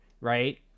right